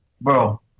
bro